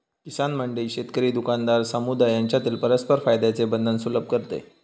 किसान मंडी शेतकरी, दुकानदार, समुदाय यांच्यातील परस्पर फायद्याचे बंधन सुलभ करते